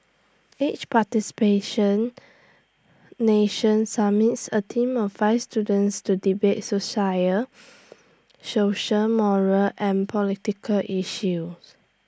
each participation nation submits A team of five students to debate social moral and political issue